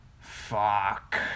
Fuck